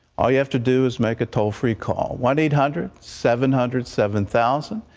all you have to do is make a toll-free call one eight hundred seven hundred seven thousand.